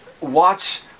watch